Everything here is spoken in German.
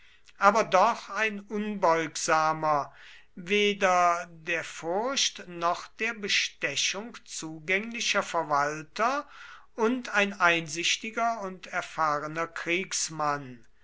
aber doch ein unbeugsamer weder der furcht noch der bestechung zugänglicher verwalter und ein einsichtiger und erfahrener kriegsmann